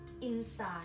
inside